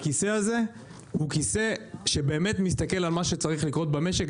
הכיסא הזה הוא כיסא שבאמת מסתכל על מה שצריך לקרות במשק.